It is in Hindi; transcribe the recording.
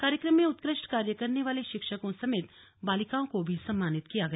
कार्यक्रम में उत्कृष्ट कार्य करने वाले शिक्षकों समेत बालिकाओं को भी सम्मानित किया गया